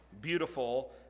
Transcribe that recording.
beautiful